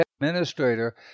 administrator